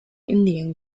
indien